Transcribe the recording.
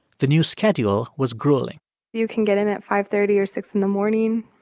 the new schedule was grueling you can get in at five thirty or six in the morning,